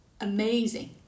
amazing